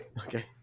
Okay